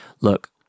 look